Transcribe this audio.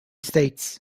states